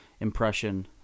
impression